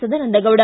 Sadananda Gowda